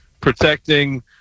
protecting